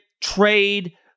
trade